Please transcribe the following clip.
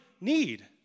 need